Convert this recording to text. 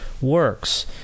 works